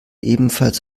ebenfalls